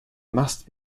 must